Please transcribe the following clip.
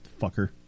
fucker